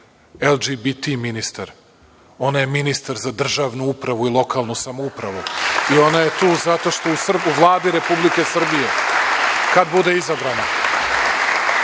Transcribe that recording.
LGBT ministar, ona je ministar za državnu upravu i lokalnu samoupravu i ona je tu u Vladi Republike Srbije, kad bude izabrana,